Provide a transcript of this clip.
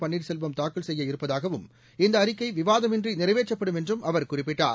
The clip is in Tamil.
பன்னீர்செல்வம் தாக்கல் செய்யவிருப்பதாகவும் இந்த அறிக்கை விவாதமின்றி நிறைவேற்றப்படும் என்றும் அவர் குறிப்பிட்டார்